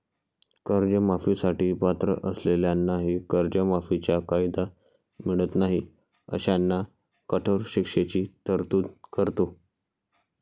कर्जमाफी साठी पात्र असलेल्यांनाही कर्जमाफीचा कायदा मिळत नाही अशांना कठोर शिक्षेची तरतूद करतो